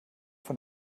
von